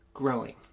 Growing